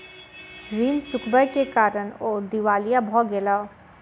ऋण चुकबै के कारण ओ दिवालिया भ गेला